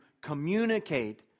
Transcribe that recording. communicate